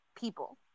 people